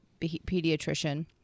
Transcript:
pediatrician